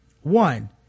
One